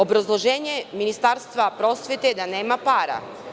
Obrazloženje Ministarstvo prosvete je da nema para.